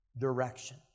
direction